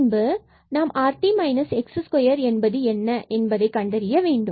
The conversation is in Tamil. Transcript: மற்றும் பின்பு நாம் rt s2 என்பது என்ன என்பதை கண்டறிய வேண்டும்